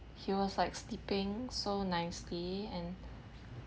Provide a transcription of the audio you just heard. he was like sleeping so nicely and